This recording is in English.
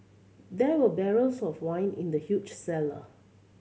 there were barrels of wine in the huge cellar